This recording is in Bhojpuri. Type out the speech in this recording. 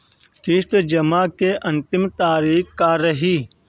किस्त जमा करे के अंतिम तारीख का रही?